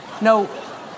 No